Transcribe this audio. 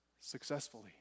successfully